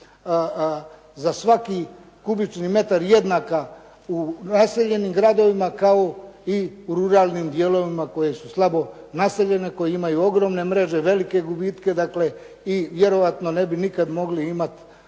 za svaki kubični metar jednaka u naseljenim gradovima kao i u ruralnim dijelovima koji su slabo naseljene, koje imaju ogromne mreže, velike gubitke i vjerojatno ne bi nikad mogli imati